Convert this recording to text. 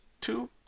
two